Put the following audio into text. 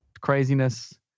craziness